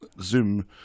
Zoom